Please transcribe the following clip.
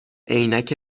عینک